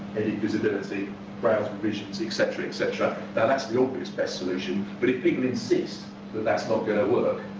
visibility, browse revisions etcetera etcetera, now that's the obvious best solution. but if people insist that that's not going to work